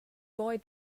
boy